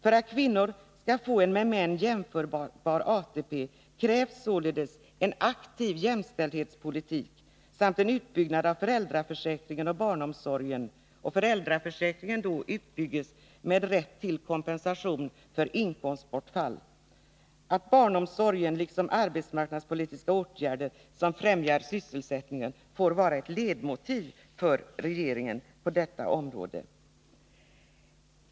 För att kvinnor skall få en med män jämförbar ATP krävs således en aktiv jämställdhetspolitik samt en utbyggnad av barnomsorgen och föräldraför säkringen. I denna bör därvid införas rätt till kompensation för inkomstbortfall. Det krävs att barnomsorgen liksom arbetsmarknadspolitiska åtgärder som främjar sysselsättningen får vara ledmotiv för regeringen på detta område.